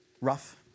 rough